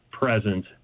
present